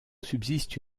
subsiste